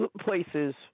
places